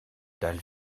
dalle